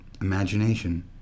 imagination